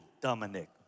Dominic